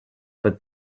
but